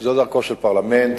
זו דרכו של פרלמנט.